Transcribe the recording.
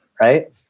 Right